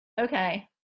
okay